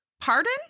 pardon